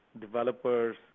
developers